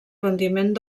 rendiment